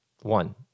One